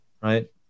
right